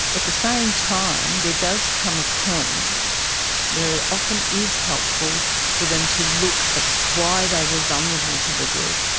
at the same time there does come a point where it often is helpful for them to look at why they were vulnerable to the group.